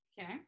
Okay